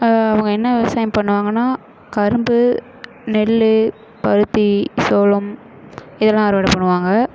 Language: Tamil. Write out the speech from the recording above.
அவங்க என்ன விவசாயம் பண்ணுவாங்கன்னால் கரும்பு நெல் பருத்தி சோளம் இதெல்லாம் அறுவடை பண்ணுவாங்க